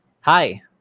hi